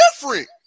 different